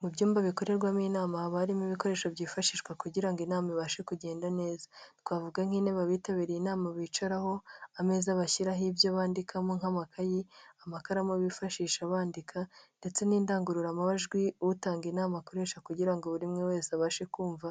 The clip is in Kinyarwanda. Mu byumba bikorerwamo inama haba harimo ibikoresho byifashishwa kugira inama ibashe kugenda neza. Twavuga nk'intebe abitabiriye inama bicaraho, ameza bashyiraho ibyo bandikamo nk'amakayi, amakaramu bifashisha bandika ndetse n'indangururamajwi utanga inama akoresha kugira ngo buri umwe wese abashe kumva